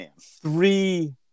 three